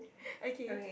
okay